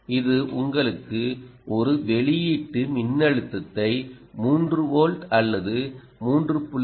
இது உங்களுக்கு ஒரு வெளியீட்டு மின்னழுத்தத்தை 3 வோல்ட் அல்லது 3